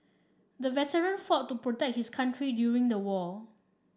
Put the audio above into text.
the veteran fought to protect his country during the war